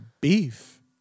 beef